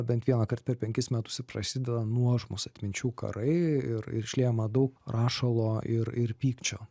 bent vienąkart per penkis metus ir prasideda nuožmūs atminčių karai ir išliejama daug rašalo ir ir pykčio